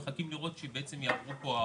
אנחנו מחכים לראות שבעצם יעברו פה העודפים.